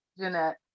Jeanette